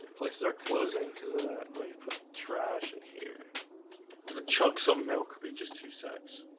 places are closing cuz of that we put trash in here the chuck some mail could be just to sex